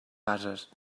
bases